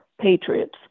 patriots